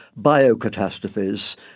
biocatastrophes